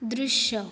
दृश्य